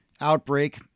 outbreak